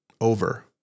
over